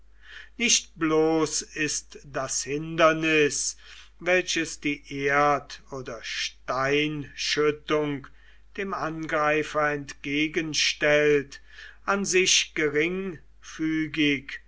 nicht bloß ist das hindernis welches die erd oder steinschüttung dem angreifer entgegenstellt an sich